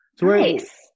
Nice